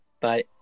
Bye